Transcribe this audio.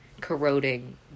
corroding